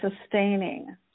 sustaining